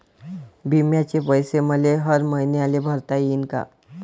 बिम्याचे पैसे मले हर मईन्याले भरता येईन का?